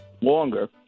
longer